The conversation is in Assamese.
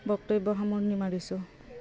বক্তব্য সামৰণি মাৰিছোঁ